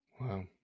Wow